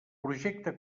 projecte